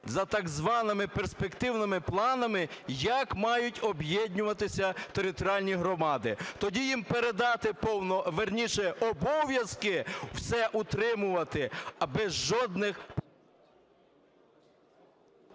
за так званими перспективними планами як мають об'єднуватися територіальні громади. Тоді їм передати… вірніше обов'язки все утримувати, аби жодних…